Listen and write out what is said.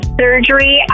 surgery